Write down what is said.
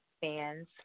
fans